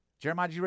Jeremiah